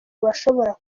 bashobora